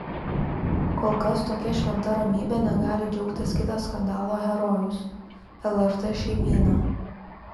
kol kas tokia šventa ramybe negali džiaugtis kitas skandalo herojus lrt šeimyna